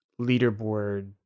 leaderboard